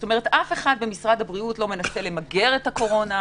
אף אחד במשרד הבריאות לא מנסה למגר את הקורונה,